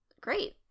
Great